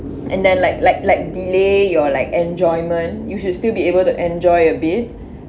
and then like like like delay your like enjoyment you should still be able to enjoy a bit